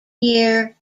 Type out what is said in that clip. year